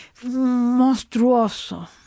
Monstruoso